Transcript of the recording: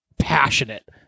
Passionate